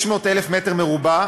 600,000 מטר רבוע,